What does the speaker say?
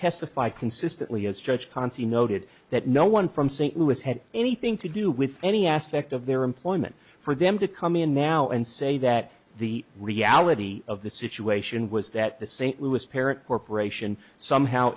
testify consistently as judge conti noted that no one from st louis had anything to do with any aspect of their employment for them to come in now and say that the reality of the situation was that the st louis parent corporation somehow